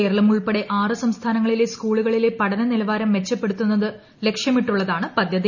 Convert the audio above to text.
കേരളം ഉൾപ്പെടെ ആറ് സ്റ്റിസ്ഥാനങ്ങളിലെ സ്കൂളുകളിലെ പഠനനിലവാരം മെച്ച്പ്പെടുത്തുന്നത് ലക്ഷ്യമിട്ടുള്ളതാണ് പദ്ധതി